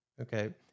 Okay